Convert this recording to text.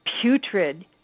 putrid